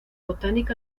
botánica